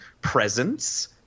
presence